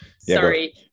sorry